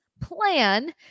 plan